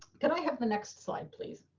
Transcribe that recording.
can i have the next slide please.